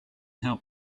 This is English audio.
help